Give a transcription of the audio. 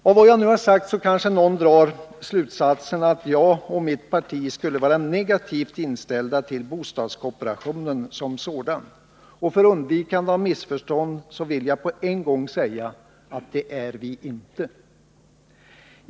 Av vad jag nu har sagt kanske någon drar den slutsatsen att jag och mitt parti skulle vara negativt inställda till bostadskooperationen som sådan. För undvikande av missförstånd vill jag på en gång säga, att det är vi inte.